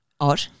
odd